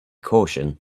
caution